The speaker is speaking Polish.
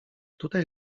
tutaj